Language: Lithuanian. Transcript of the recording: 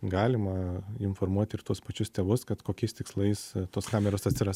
galima informuoti ir tuos pačius tėvus kad kokiais tikslais tos kameros atsiras